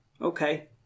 Okay